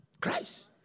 Christ